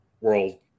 World